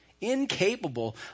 incapable